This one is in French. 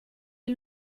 les